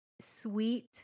sweet